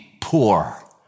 poor